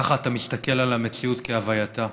ככה אתה מסתכל על המציאות כהווייתה.